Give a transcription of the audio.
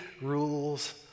rules